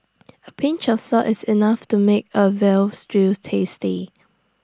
A pinch of salt is enough to make A Veal Stew tasty